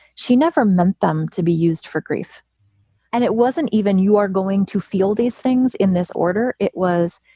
she never meant them to be used for grief and it wasn't even you are going to feel these things in this order. it was.